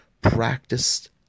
practiced